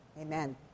Amen